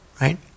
right